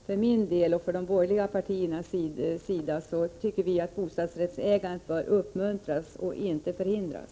För min och de borgerliga partiernas del bör bostadsrättsägandet uppmuntras och inte förhindras.